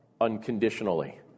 unconditionally